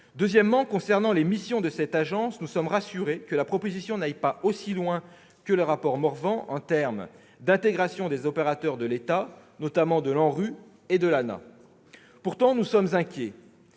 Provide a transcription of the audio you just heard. pour ce qui concerne les missions de cette agence, car la proposition ne va pas aussi loin que le rapport Morvan en termes d'intégration des opérateurs de l'État, notamment de l'ANRU et de l'ANAH. Pourtant, nous sommes inquiets.